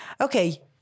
okay